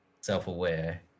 self-aware